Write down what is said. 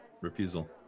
Refusal